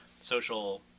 social